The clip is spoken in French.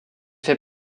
fait